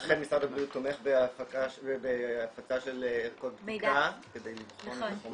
ולכן משרד הבריאות תומך בהפצה של ערכות בדיקה כדי לבחון את החומרים?